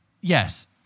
Yes